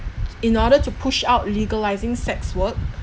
in order to push out legalising sex work